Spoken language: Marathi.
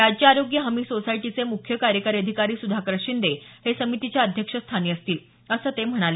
राज्य आरोग्य हमी सोसायटीचे मुख्य कार्यकारी अधिकारी सुधाकर शिंदे हे समितीच्या अध्यक्षपदी असतील असं ते म्हणाले